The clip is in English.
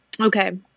Okay